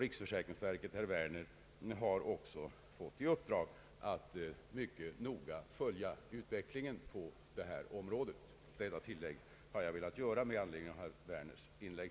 Riksförsäkringsverket har också fått i uppdrag att mycket noga följa utvecklingen på det här området. Detta tillägg har jag velat göra med anledning av herr Werners inlägg.